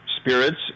spirits